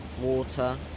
water